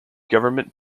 government